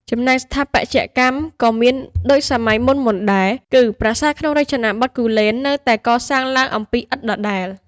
ចំណែកស្ថាបត្យកម្មក៏មានដូចសម័យមុនៗដែរ គឺប្រាសាទក្នុងរចនាបថគូលែននៅតែកសាងឡើងអំពីឥដ្ឋដដែល។